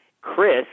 Chris